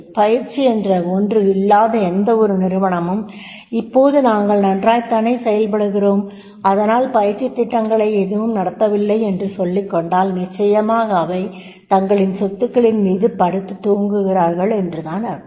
பயிற்சி என்ற ஒன்று இல்லாத எந்தவொரு நிறுவனமும் இப்போது நாங்கள் நன்றாய்த்தானே செயல்படுகிறோம் அதனால் பயிற்சித் திட்டங்களை எதுவும் நடத்தவில்லை என்று சொல்லிகொண்டால் நிச்சயமாக அவை தங்களின் சொத்துக்களின்மீது படுத்து தூங்குகிறார்கள் என்றுதான் பொருள்